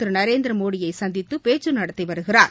திரு நரேந்திர மோடியை சந்தித்து பேச்சு நடத்தி வருகிறார்